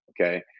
Okay